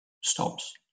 stops